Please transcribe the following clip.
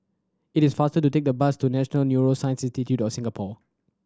it is faster to take the bus to National Neuroscience Institute Singapore